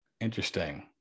Interesting